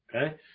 Okay